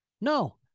No